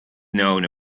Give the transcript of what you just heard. known